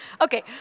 Okay